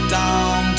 down